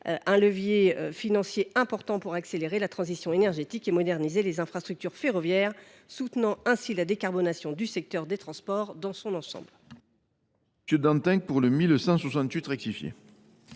un levier financier important pour accélérer la transition énergétique et moderniser les infrastructures ferroviaires, en soutenant la décarbonation du secteur des transports dans son ensemble.